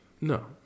No